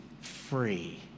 free